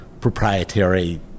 proprietary